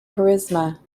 charisma